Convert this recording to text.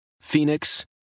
Phoenix